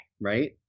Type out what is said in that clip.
right